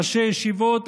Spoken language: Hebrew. ראשי ישיבות,